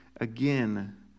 again